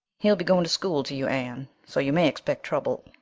he'll be going to school to you, anne, so you may expect trouble,